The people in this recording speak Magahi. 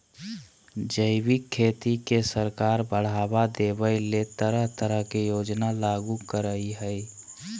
जैविक खेती के सरकार बढ़ाबा देबय ले तरह तरह के योजना लागू करई हई